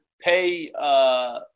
pay